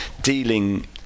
dealing